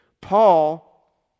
Paul